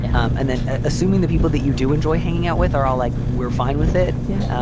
yeah um and then assuming the people that you do enjoy hanging out with are all like we're fine with it. yeah.